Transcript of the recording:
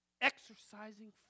exercising